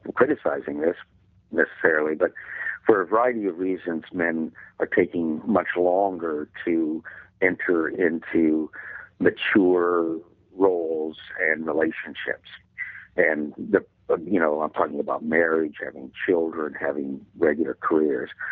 criticizing this necessarily, but for a variety of reasons men are taking much longer to enter into mature roles and relationships and but you know i'm talking about marriage, having children, having regular careers.